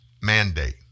mandate